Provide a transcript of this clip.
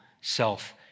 self